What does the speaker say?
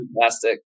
fantastic